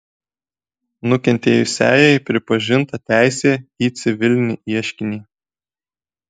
nukentėjusiajai pripažinta teisė į civilinį ieškinį